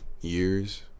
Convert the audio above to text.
years